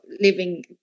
living